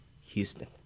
Houston